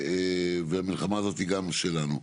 המלחמה הזאת גם שלנו.